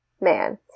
man